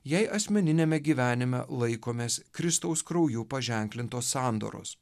jei asmeniniame gyvenime laikomės kristaus krauju paženklintos sandoros